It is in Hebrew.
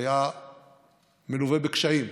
היה מלווה בקשיים,